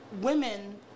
women